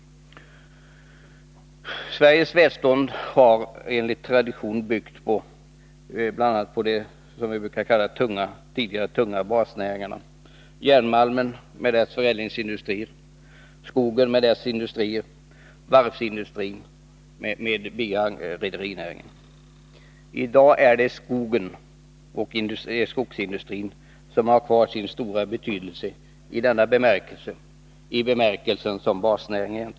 Sveriges välstånd bygger enligt tradition bl.a. på de tidigare tunga basnäringarna, järnmalmen och dess förädlingsindustrier, skogen och dess industrier och varvsindustrin med rederinäringen. I dag är det endast skogen och skogsindustrin som har kvar sin stora betydelse i denna bemärkelse, som basnäring.